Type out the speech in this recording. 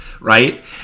right